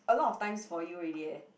a lot of times for you already eh